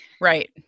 Right